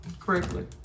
correctly